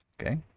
Okay